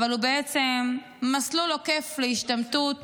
אבל הוא בעצם מסלול עוקף להשתמטות